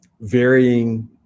varying